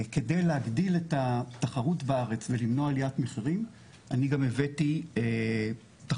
כדי להגדיל את התחרות בארץ ולמנוע עליית מחירים אני גם הבאתי תחרות,